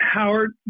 Howard